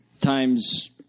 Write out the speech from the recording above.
times